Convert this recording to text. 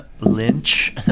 Lynch